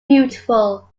beautiful